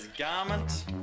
Garment